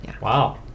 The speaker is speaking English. Wow